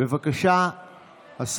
את